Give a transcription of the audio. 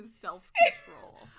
self-control